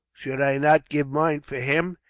should i not give mine for him?